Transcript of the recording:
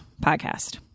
podcast